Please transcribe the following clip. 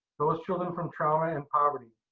those children from trauma and poverty.